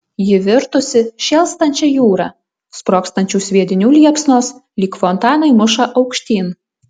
ji virtusi šėlstančia jūra sprogstančių sviedinių liepsnos lyg fontanai muša aukštyn